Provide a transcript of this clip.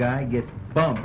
guy gets bumped